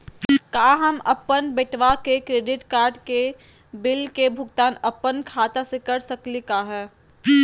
का हम अपन बेटवा के क्रेडिट कार्ड बिल के भुगतान अपन खाता स कर सकली का हे?